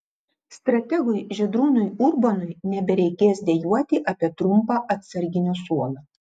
strategui žydrūnui urbonui nebereikės dejuoti apie trumpą atsarginių suolą